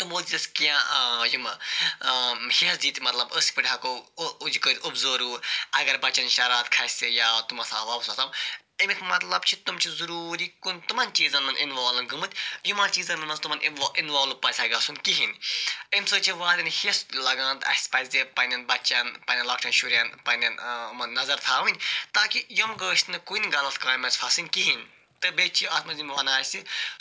تمو دِژ کینٛہہ یِم ہیٚس دِتِکھ مَطلَب أسۍ کِتھ پٲٹھۍ ہیٚکو یہِ کٔرِتھ مَطلَب اۄبزٔرو اگر بَچَن شَرارت کھَسہِ یا تم آسَن واپَس وَسان تیٚمیُکۍ مَطلَب چھِ تِم چھِ ضوٚروٗری تمن چیٖزَن مَنٛز اِنوالٕو گٔمٕتۍ یمن چیٖزَن مَنٛز نہٕ تمن اِنوالو پَزِ ہہَ گَژھُن کِہیٖنۍ امہ سۭتۍ چھ وارہَن ہیٚس تہِ لَگان اَسہِ پَزِ پَننیٚن بَچَن پَننیٚن لَکٹیٚن شُریٚن امن نَظَر تھاوٕنۍ تاکہ یِم گٔژھ نہٕ کُنہِ غَلَط کامہ مَنٛز پھَسٕنۍ کِہیٖنۍ تہٕ بیٚیہِ چھِ اتھ مَنٛز یِم ونان اَسہِ